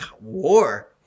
War